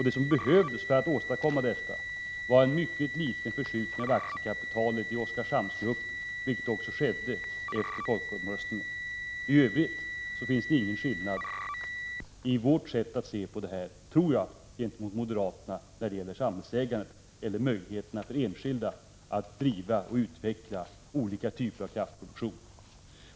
Det som ytterligare behövdes var en mycket liten förskjutning av aktiekapitalet i Oskarshamnsgruppen, vilket också skedde efter folkomröstningen. I övrigt tror jag inte att det finns någon skillnad mellan vårt sätt att se och moderaternas när det gäller möjligheterna för enskilda att driva och utveckla olika typer av kraftproduktion.